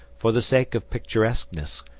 for the sake of picturesqueness,